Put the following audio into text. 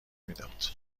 میداد